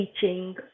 teaching